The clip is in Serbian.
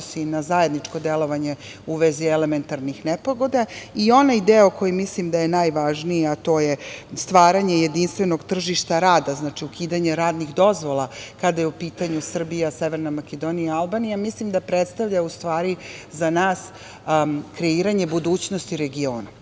na zajedničko delovanje u vezi elementarnih nepogoda i onaj deo koji mislim da je najvažniji, a to je stvaranje jedinstvenog tržišta rada, znači, ukidanje radnih dozvola, kada je u pitanju Srbija, Severna Makedonija, Albanija mislim da predstavlja u stvari za nas kreiranje budućnosti regiona.Zašto